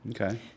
Okay